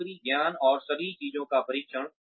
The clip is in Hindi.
नौकरी ज्ञान और सभी चीजों का परीक्षण